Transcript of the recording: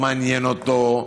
לא מעניין אותו.